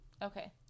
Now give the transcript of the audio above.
okay